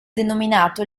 denominato